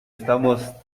estamos